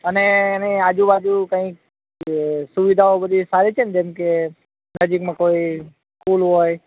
અને એની આજુબાજુ કંઈ અ સુવિધાઓ બધી સારી છે ને જેમ કે નજીકમાં કોઈ પૂલ હોય